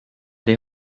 die